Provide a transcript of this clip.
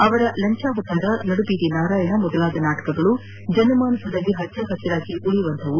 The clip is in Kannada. ಅವರ ಲಂಚಾವತಾರ ನಡುಬೀದಿ ನಾರಾಯಣ ಮೊದಲಾದ ನಾಟಕಗಳು ಜನಮಾನಸದಲ್ಲಿ ಹಚ್ಚ ಹಸಿರಾಗಿ ಉಳಿಯುವಂತಹವು